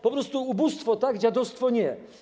Po prostu ubóstwo - tak, dziadostwo - nie.